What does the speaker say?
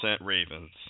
Ravens